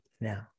now